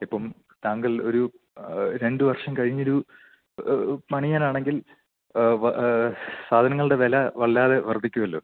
ഇപ്പം താങ്കൾ ഒരു രണ്ട് വർഷം കഴിഞ്ഞൊരു പണിയാനാണെങ്കിൽ സാധനങ്ങളുടെ വില വല്ലാതെ വർധിക്കുമല്ലോ